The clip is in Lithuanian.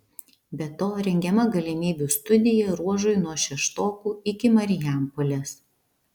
be to rengiama galimybių studija ruožui nuo šeštokų iki marijampolės